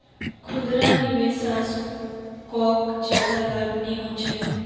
खुदरा निवेशाकोक ज्यादा लाभ नि होचे